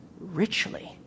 richly